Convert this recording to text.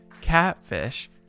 catfish